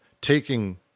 taking